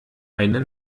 eine